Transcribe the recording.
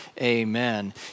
amen